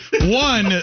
One